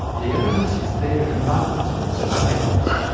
the evidence is there in abundance with sir john eccles,